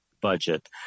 budget